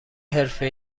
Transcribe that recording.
حرفه